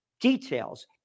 Details